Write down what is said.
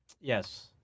Yes